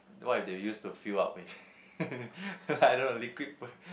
what they use a fill up with I don't know liquid